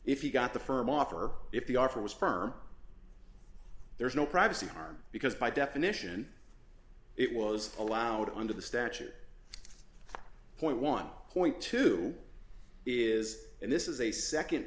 if you got the firm offer if the offer was firm there is no privacy harm because by definition it was allowed under the statute point one point two is and this is a